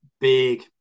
big